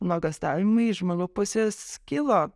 nuogąstavimai iš mano pusės kilo